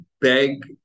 beg